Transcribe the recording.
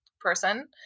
person